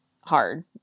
hard